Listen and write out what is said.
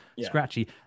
scratchy